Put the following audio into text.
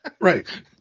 right